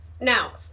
Now